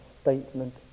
statement